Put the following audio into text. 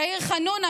יאיר חנונה,